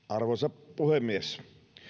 arvoisa puhemies on